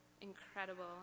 incredible